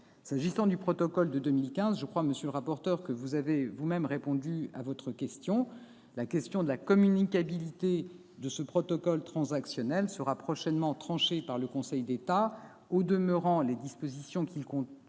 S'agissant du protocole de 2015, monsieur le rapporteur, je crois que vous avez vous-même répondu à votre question relative à la communicabilité de ce protocole transactionnel : elle sera prochainement tranchée par le Conseil d'État. Au demeurant, les dispositions que ce